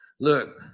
Look